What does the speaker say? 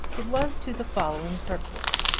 it was to the following purport.